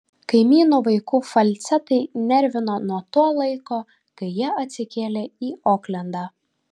kaimynų vaikų falcetai nervino nuo to laiko kai jie atsikėlė į oklendą